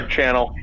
channel